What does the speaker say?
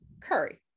curry